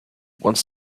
once